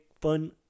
fun